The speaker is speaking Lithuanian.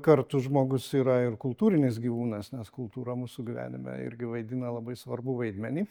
kartu žmogus yra ir kultūrinis gyvūnas nes kultūra mūsų gyvenime irgi vaidina labai svarbų vaidmenį